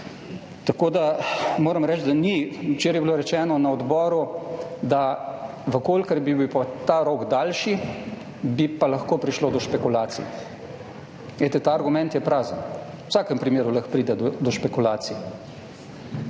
Tako da, moram reči, da ni, včeraj je bilo rečeno na odboru, da v kolikor bi bil pa ta rok daljši, bi pa lahko prišlo do špekulacij. Glejte, ta argument je prazen, v vsakem primeru lahko pride do špekulacij.